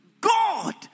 God